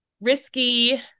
risky